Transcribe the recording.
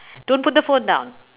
don't put the phone down